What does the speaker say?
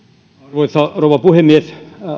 arvoisa rouva puhemies